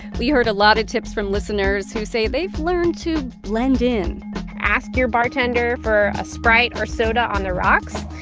we heard a lot of tips from listeners who say they've learned to blend in ask your bartender for a sprite or soda on the rocks,